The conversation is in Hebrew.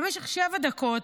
במשך שבע דקות,